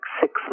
six